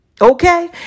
okay